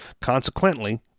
Consequently